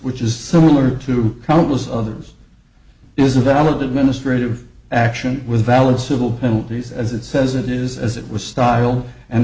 which is similar to countless others is a valid administrative action with valid civil penalties as it says it is as it was styled and